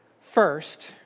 first